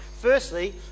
firstly